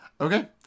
Okay